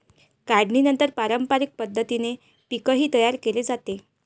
काढणीनंतर पारंपरिक पद्धतीने पीकही तयार केले जाते